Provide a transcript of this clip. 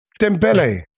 Dembele